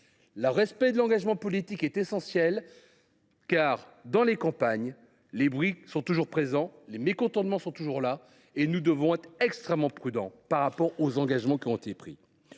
Le respect de l’engagement politique est essentiel, car, dans les campagnes, les bruits n’ont pas cessé, les mécontentements sont toujours là. Nous devons être extrêmement prudents, compte tenu des engagements qui ont été pris.